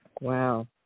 Wow